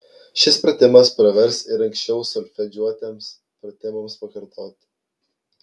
šis pratimas pravers ir anksčiau solfedžiuotiems pratimams pakartoti